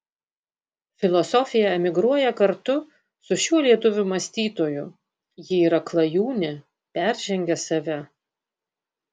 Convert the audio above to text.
filosofija emigruoja kartu su šiuo lietuvių mąstytoju ji yra klajūnė peržengia save